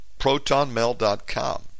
ProtonMail.com